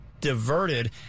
diverted